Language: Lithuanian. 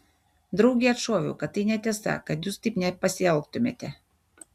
draugei atšoviau kad tai netiesa kad jūs taip nepasielgtumėte